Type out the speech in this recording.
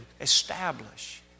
establish